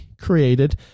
created